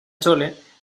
chole